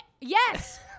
yes